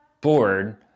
bored